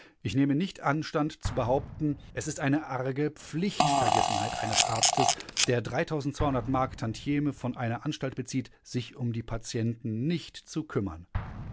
ich nehme nicht anstand zu behaupten es ist eine arge pflichtvergessenheit eines arztes der mark tantieme von einer anstalt bezieht sich um die patienten nicht zu kümmern